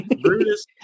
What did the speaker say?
Brutus